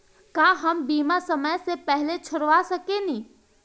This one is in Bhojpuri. का हम बीमा समय से पहले छोड़वा सकेनी?